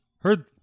Heard